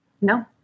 No